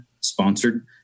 sponsored